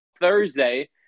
Thursday